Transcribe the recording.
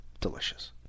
delicious